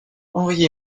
henri